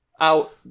out